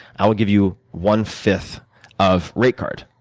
i will give you one fifth of rate card.